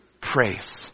praise